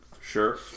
sure